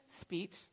speech